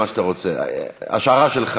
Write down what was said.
לא מוחל לך על מה שאתה מוציא על הרב עובדיה יוסף,